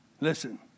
Listen